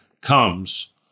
comes